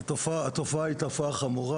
היא תופעה חמורה.